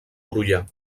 brollar